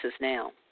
now